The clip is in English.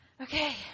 Okay